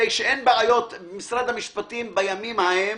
משרד המשפטים בימים ההם